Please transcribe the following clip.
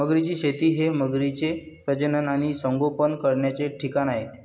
मगरींची शेती हे मगरींचे प्रजनन आणि संगोपन करण्याचे ठिकाण आहे